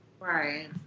Right